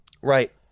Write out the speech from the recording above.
Right